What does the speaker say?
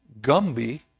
Gumby